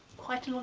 quite a long